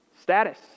Status